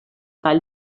tall